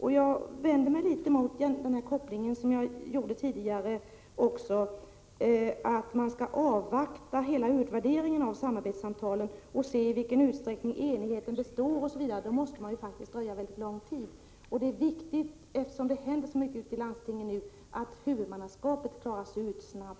Jag vänder mig, som jag gjorde tidigare, litet mot kopplingen att man skall avvakta hela utvärderingen av samarbetssamtalen och se i vilken utsträckning det finns enighet osv. I så fall måste man vänta mycket lång tid. Men eftersom det händer så mycket i landstingen nu är det viktigt att frågan om huvudmannaskap klaras ut snabbt.